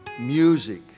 music